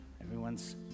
everyone's